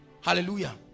Hallelujah